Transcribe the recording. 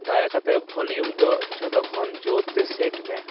ᱫᱟᱭᱟ ᱠᱟᱛᱮᱫ ᱵᱷᱚᱞᱤᱭᱩᱢ ᱫᱚ ᱡᱚᱛᱚ ᱠᱷᱚᱱ ᱡᱳᱨᱛᱮ ᱥᱮᱴᱢᱮ